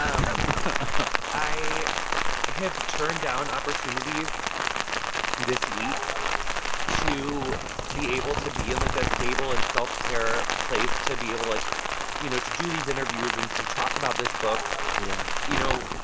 um i have turned down opportunities this week to be able to be in, like, a stable and self-care place to be able to, like you know, to do these interviews and to talk about this book yeah you know,